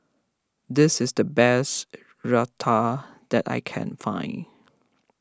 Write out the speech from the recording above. this is the best Raita that I can find